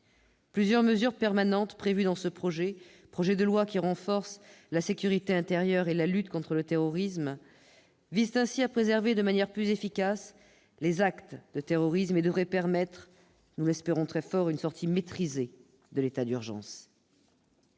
Plusieurs mesures permanentes prévues dans ce texte renforçant la sécurité intérieure et la lutte contre le terrorisme visent ainsi à prévenir de manière plus efficace les actes de terrorisme et devraient permettre- nous l'espérons très fort -« une sortie maîtrisée de l'état d'urgence